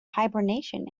hibernation